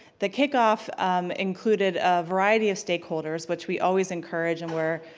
the kick-off included a variety of stakeholders which we always included and were,